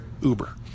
Uber